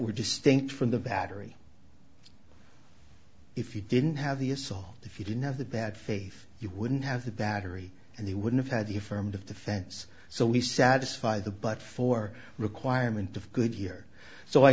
were distinct from the battery if you didn't have the assault if you didn't have the bad faith you wouldn't have the battery and he wouldn't have the affirmative defense so we satisfy the but for requirement of good here so i